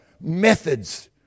methods